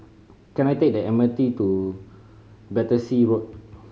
can I take the M R T to Battersea Road